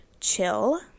chill